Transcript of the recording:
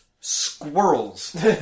squirrels